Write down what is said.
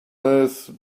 earth